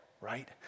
Right